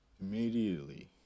Immediately